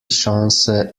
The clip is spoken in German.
chance